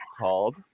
called